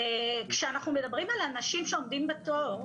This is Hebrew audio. כשאנחנו מדברים על אנשים שעומדים בתור,